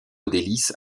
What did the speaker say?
délices